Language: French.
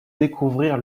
découvrir